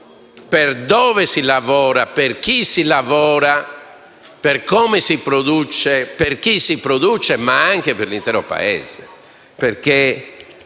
per dove si lavora, per chi si lavora, per come si produce e per chi si produce, ma anche per l'intero Paese.